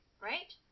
right